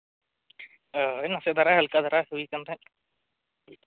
ᱦᱳᱭ ᱱᱟᱥᱮ ᱫᱷᱟᱨᱟ ᱦᱟᱞᱠᱟ ᱫᱷᱟᱨᱟ ᱦᱩᱭ ᱟᱠᱟᱱ ᱛᱟᱦᱮᱸᱫ